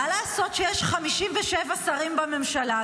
מה לעשות שיש 57 שרים בממשלה,